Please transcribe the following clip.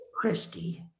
Christy